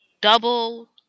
double